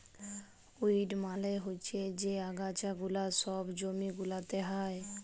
weed মালে হচ্যে যে আগাছা গুলা সব জমি গুলাতে হ্যয়